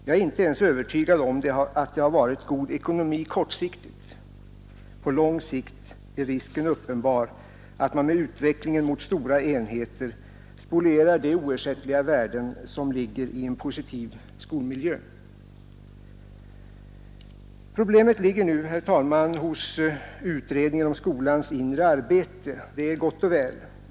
Jag är inte ens övertygad om att det har varit god ekonomi kortsiktigt, och på lång sikt är risken uppenbar att man med utvecklingen mot stora skolenheter spolierar de oersättliga värden som ligger i en positiv skolmiljö. Problemet ligger nu, herr talman, hos utredningen om skolans inre arbete. Det är gott och väl.